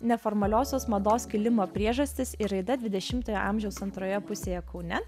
neformaliosios mados kilimo priežastys ir raida dvidešimtojo amžiaus antroje pusėje kaune